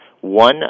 one